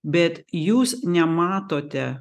bet jūs nematote